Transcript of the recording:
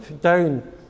down